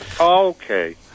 Okay